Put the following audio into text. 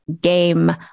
game